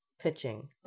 Pitching